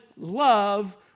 love